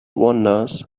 wanders